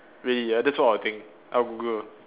really that's what I think I Google